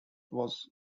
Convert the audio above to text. was